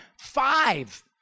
five